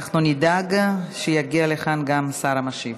אנחנו נדאג שיגיע לכאן גם השר המשיב.